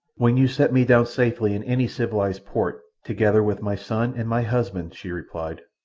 when you set me down safely in any civilized port, together with my son and my husband, she replied,